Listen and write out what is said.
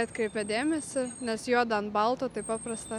atkreipė dėmesį nes juodu ant balto taip paprasta